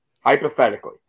hypothetically